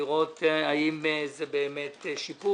שיעברו על התקנות האלה אצלנו כדי לראות האם זה באמת שיפור,